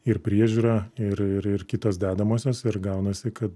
ir priežiūra ir ir ir kitos dedamosios ir gaunasi kad